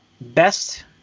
best